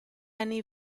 anni